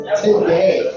today